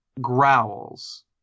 growls